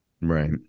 Right